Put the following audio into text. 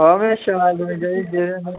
हां बेही शराब नीं पीनी चाहिदी जेह्ड़ा थुहानू